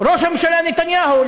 ראש הממשלה נתניהו.